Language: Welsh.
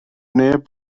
neb